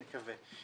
נקווה.